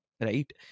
right